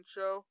Show